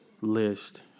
list